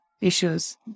issues